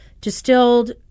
distilled